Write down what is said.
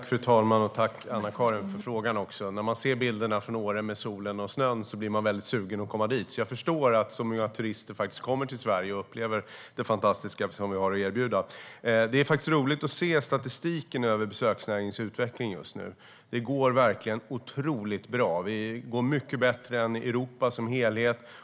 Fru talman! Jag tackar Anna-Caren Sätherberg för frågan. När man ser bilderna från Åre med solen och snön blir man väldigt sugen på att komma dit. Jag förstår därför att så många turister faktiskt kommer till Sverige och upplever det fantastiska som vi har att erbjuda. Det är faktiskt roligt att se statistiken över besöksnäringens utveckling just nu. Det går verkligen otroligt bra. Den går mycket bättre än i Europa som helhet.